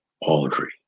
Audrey